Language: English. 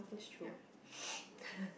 that's true